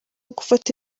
gufata